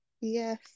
Yes